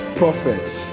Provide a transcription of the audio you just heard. prophets